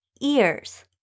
ears